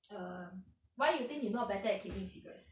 err why you think you not better at keeping secrets